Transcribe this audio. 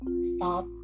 stop